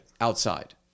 outside